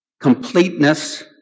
completeness